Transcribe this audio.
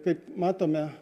kaip matome